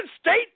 State